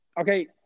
Okay